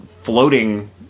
floating